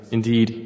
Indeed